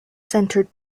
centered